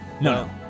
no